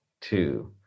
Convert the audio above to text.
Two